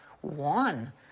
one